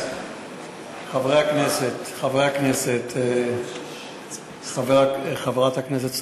חברי הכנסת, חברת הכנסת סטרוק,